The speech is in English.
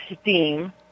STEAM